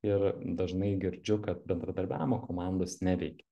ir dažnai girdžiu kad bendradarbiavimo komandos neveikia